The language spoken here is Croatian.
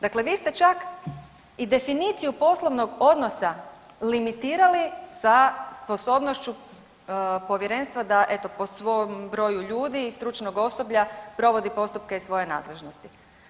Dakle, vi ste čak i definiciju poslovnog odnosa limitirali sa sposobnošću povjerenstva da eto po svom broju ljudi i stručnog osoblja provodi postupke iz svoje nadležnosti.